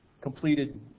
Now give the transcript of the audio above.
completed